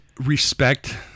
respect